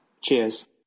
Cheers